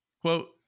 quote